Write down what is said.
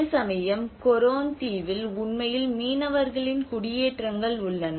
அதேசமயம் கொரோன் தீவில் உண்மையில் மீனவர்களின் குடியேற்றங்கள் உள்ளன